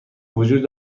وجود